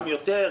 גם יותר,